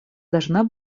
должна